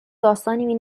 داستانی